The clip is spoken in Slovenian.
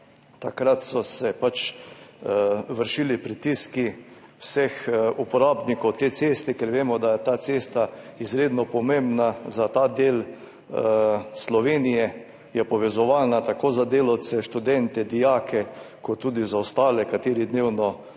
Takrat so se vršili pritiski vseh uporabnikov te ceste, ker vemo, da je ta cesta izredno pomembna za ta del Slovenije, je povezovalna tako za delavce, študente, dijake kot tudi za ostale, ki dnevno hodijo